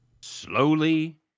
slowly